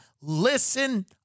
Listen